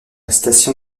station